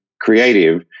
creative